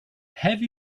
have